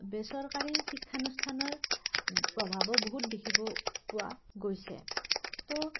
বেচৰকাৰী শিক্ষানুষ্ঠানৰ প্ৰভাৱো বহুত দেখিব পোৱা গৈছে তো